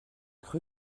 cru